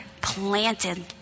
planted